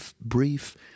brief